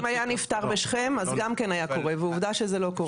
אם היה נפתר בשכם אז גם כן היה קורה ועובדה שזה לא קורה.